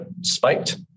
spiked